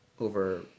over